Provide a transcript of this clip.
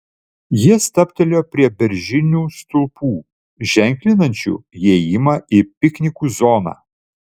jie stabtelėjo prie beržinių stulpų ženklinančių įėjimą į piknikų zoną